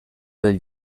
del